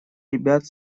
ребят